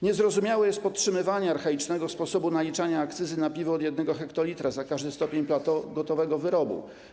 Niezrozumiałe jest podtrzymywanie archaicznego sposobu naliczania akcyzy na piwo od 1 hektolitra za każdy stopień Plato gotowego wyrobu.